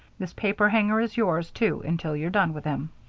this paperhanger is yours, too, until you're done with him.